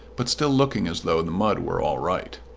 but still looking as though the mud were all right.